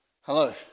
Hello